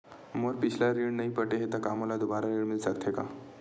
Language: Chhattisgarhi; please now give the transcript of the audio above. मोर पिछला ऋण नइ पटे हे त का मोला दुबारा ऋण मिल सकथे का?